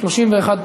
חוק אומנה לילדים (תיקון)